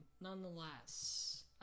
nonetheless